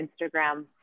Instagram